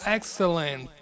Excellent